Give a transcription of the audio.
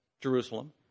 Jerusalem